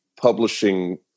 publishing